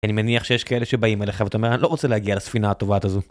אני מניח שיש כאלה שבאים אליך ואתה אומר אני לא רוצה להגיע לספינה הטובעת הזו.